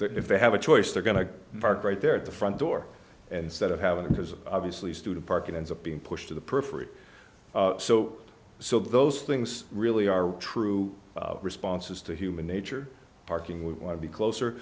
there if they have a choice they're going to park right there at the front door and stead of having it was obviously student parking ends up being pushed to the periphery so so those things really are true responses to human nature parking we want to be closer